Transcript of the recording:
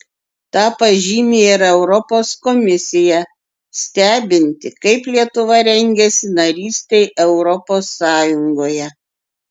tą pažymi ir europos komisija stebinti kaip lietuva rengiasi narystei europos sąjungoje